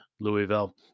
Louisville